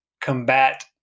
combat